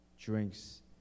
drinks